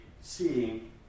seeing